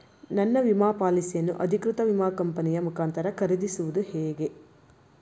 ನನ್ನ ವಿಮಾ ಪಾಲಿಸಿಯನ್ನು ಅಧಿಕೃತ ವಿಮಾ ಕಂಪನಿಯ ಮುಖಾಂತರ ಖರೀದಿಸುವುದು ಹೇಗೆ?